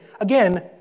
again